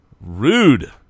Rude